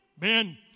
Men